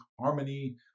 harmony